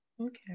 Okay